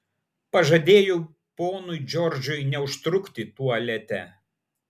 pažadėjau ponui džordžui neužtrukti tualete